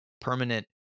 permanent